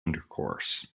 intercourse